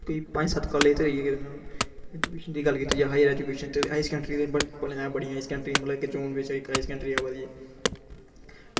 कोई पंज सत कालेज ते होई गै गे होने हून अग्गें पिच्छें दी गल्ल कीती जा दे हाईर स्कैंडरी भलेंआं गै बड़ियां हाईर स्कैंडरियां मतलव कि जून बिच्च इक हाईर स्कैंडरी अवा दी ऐ